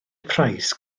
price